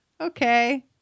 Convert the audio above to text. Okay